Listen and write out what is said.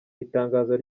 itangazo